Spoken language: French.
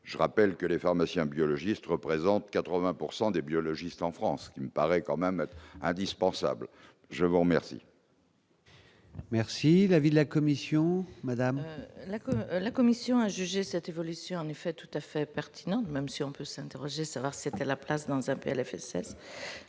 je rappelle que les pharmaciens biologistes représentent 80 pourcent des biologistes en France qui me paraît quand même indispensable, je vous remercie. Merci l'avis de la commission madame. La, la Commission a jugé cette évolution en effet tout à fait pertinent, même si on peut s'interroger, savoir c'était la place dans un PLFSS